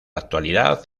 actualidad